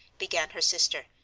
began her sister,